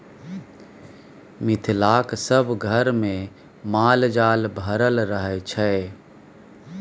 मिथिलाक सभ घरमे माल जाल भरल रहय छै